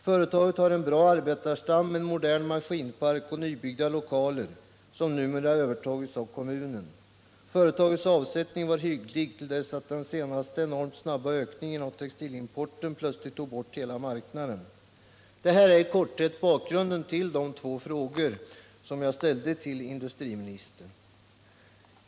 Företaget har en bra arbetarstam, en modern maskinpark och nybyggda lokaler, som numera övertagits av kommunen. Företagets avsättning var hygglig till dess att den senaste enormt snabba ökningen av textilimporten plötsligt tog bort hela marknaden. Det här är i korthet bakgrunden till de två frågor jag ställde till industriministern.